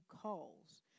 calls